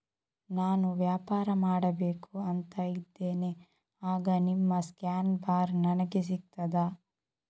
ನಾನು ವ್ಯಾಪಾರ ಮಾಡಬೇಕು ಅಂತ ಇದ್ದೇನೆ, ಆಗ ನಿಮ್ಮ ಸ್ಕ್ಯಾನ್ ಬಾರ್ ನನಗೆ ಸಿಗ್ತದಾ?